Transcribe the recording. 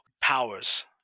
powers